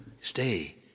stay